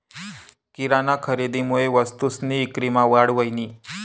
किराना खरेदीमुये वस्तूसनी ईक्रीमा वाढ व्हयनी